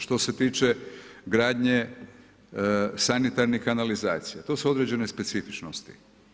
Što se tiče gradnje, sanitarnih kanalizacija, to su određene specifičnosti.